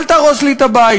אל תהרוס לי את הבית.